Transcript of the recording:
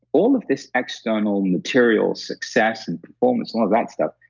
all of this external material success and performance and all of that stuff,